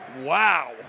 Wow